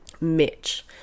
Mitch